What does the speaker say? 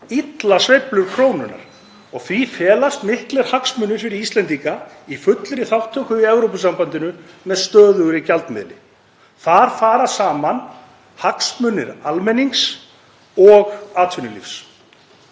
illa sveiflur krónunnar og því felast miklir hagsmunir fyrir Íslendinga í fullri þátttöku í Evrópusambandinu með stöðugri gjaldmiðli. Þar fara saman hagsmunir almennings og atvinnulífs.